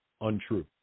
untrue